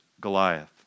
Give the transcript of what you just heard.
Goliath